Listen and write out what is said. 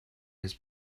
his